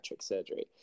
surgery